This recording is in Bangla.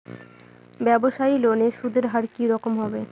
ব্যবসায়ী লোনে সুদের হার কি রকম হবে?